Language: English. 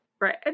Right